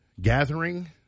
gathering